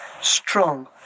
strong